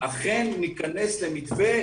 שב-1.9 אכן ניכנס למתווה.